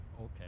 Okay